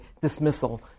dismissal